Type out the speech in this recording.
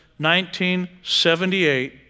1978